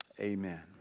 Amen